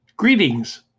Greetings